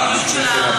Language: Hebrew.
לפני כן,